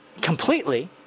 completely